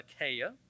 Achaia